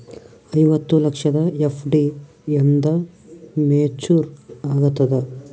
ಐವತ್ತು ಲಕ್ಷದ ಎಫ್.ಡಿ ಎಂದ ಮೇಚುರ್ ಆಗತದ?